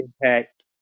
impact